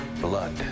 Blood